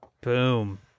Boom